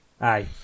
Aye